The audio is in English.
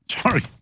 Sorry